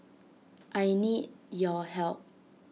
I need your help